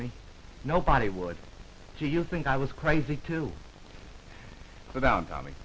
me nobody would do you think i was crazy to the down tommy